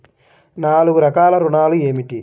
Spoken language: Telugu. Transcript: నాలుగు రకాల ఋణాలు ఏమిటీ?